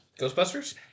Ghostbusters